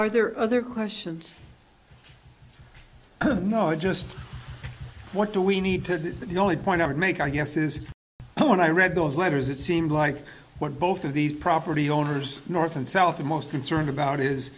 are there other questions you know just what do we need to do the only point i would make i guess is when i read those letters it seemed like what both of these property owners north and south most concerned about is